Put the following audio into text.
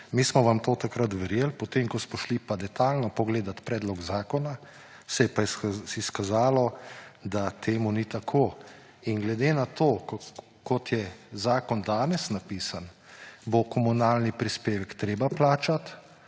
Mi smo vam to takrat verjeli, potem ko smo šli pa detajlno pogledat predlog zakona, se je pa izkazalo, da temu ni tako. In glede na to, kot je zakon danes napisan, bo komunalni prispevek treba plačati,